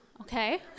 Okay